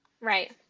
Right